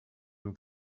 nous